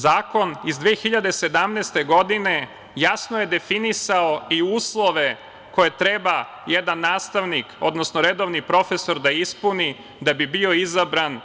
Zakon iz 2017. godine jasno je definisao i uslove koje treba jedan nastavnik odnosno redovni profesor da ispuni da bi bio izabran